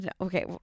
okay